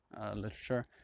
literature